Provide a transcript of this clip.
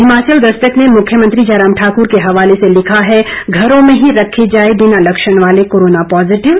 हिमाचल दस्तक ने मुख्यमंत्री जयराम ठाकुर के हवाले से लिखा है घरों में ही रखे जाएं बिना लक्षण वाले कोरोना पॉजीटिव